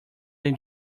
than